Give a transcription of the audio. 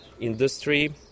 industry